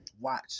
Watch